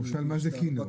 הוא שאל מה זה קינו.